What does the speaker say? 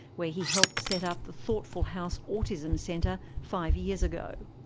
where he helped set up the thoughtful house autism centre five years ago.